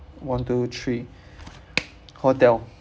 one two three hotel